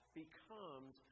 becomes